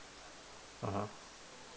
mmhmm